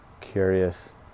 curious